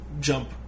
jump